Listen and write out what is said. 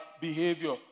behavior